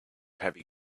heavy